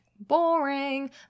boring